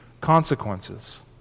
consequences